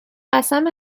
قسم